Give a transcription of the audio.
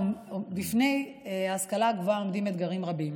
בפני ההשכלה הגבוהה עומדים אתגרים רבים.